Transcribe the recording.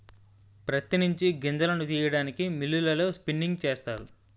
ప్రత్తి నుంచి గింజలను తీయడానికి మిల్లులలో స్పిన్నింగ్ చేస్తారు